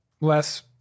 less